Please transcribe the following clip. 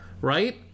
right